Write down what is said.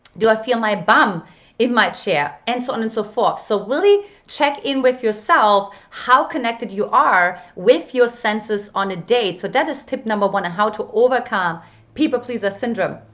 do i feel my bum in my chair? and so on and so forth. so really check in with yourself how connected you are with your senses on a date. so that is tip number one on how to overcome people pleaser syndrome.